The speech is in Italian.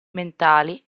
mentali